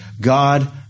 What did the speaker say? God